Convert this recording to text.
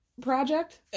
project